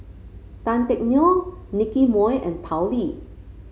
Tan Teck Neo Nicky Moey and Tao Li